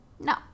No